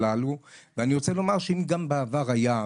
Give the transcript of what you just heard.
אם בעבר היה,